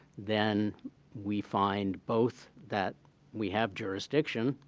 then we find both that we have jurisdiction,